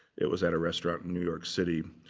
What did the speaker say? it was at a restaurant in new york city.